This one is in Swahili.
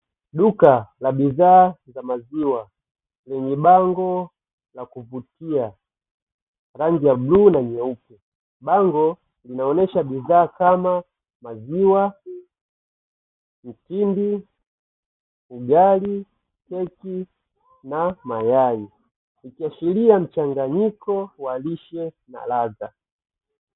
Duka la bidhaa za maziwa lenye bango la kuvutia, rangi ya bluu na nyeupe. Bango linaonesha bidhaa kama maziwa, mtindi, ugali, keki na mayai. Ikiashiria mchanganyiko wa lishe na ladha.